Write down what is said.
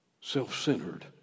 self-centered